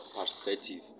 perspective